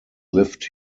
lived